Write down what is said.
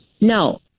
No